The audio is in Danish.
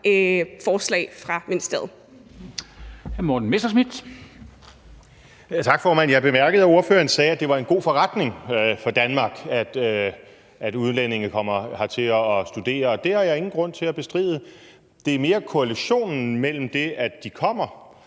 Kl. 11:07 Morten Messerschmidt (DF): Tak, formand. Jeg bemærkede, at ordføreren sagde, at det var en god forretning for Danmark, at udlændinge kommer hertil og studerer, og det har jeg ingen grund til at bestride. Det er mere korrelationen mellem det, at de kommer,